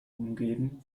umgeben